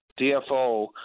DFO